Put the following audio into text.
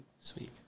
Sweet